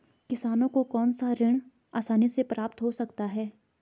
किसानों को कौनसा ऋण आसानी से प्राप्त हो सकता है?